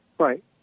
Right